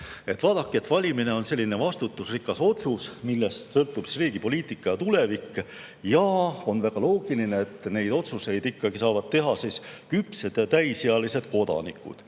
Vaadake, valimine on selline vastutusrikas otsus, millest sõltub riigi poliitika ja tulevik. On väga loogiline, et neid otsuseid saavad teha küpsed, täisealised kodanikud.